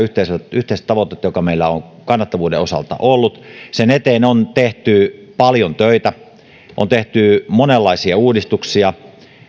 yhteistä tavoitetta joka meillä on kannattavuuden osalta ollut sen eteen on tehty paljon töitä on tehty monenlaisia uudistuksia